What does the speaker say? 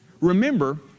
Remember